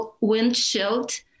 windshield